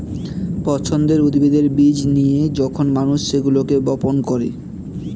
পছন্দের উদ্ভিদের বীজ নিয়ে যখন মানুষ সেগুলোকে বপন করে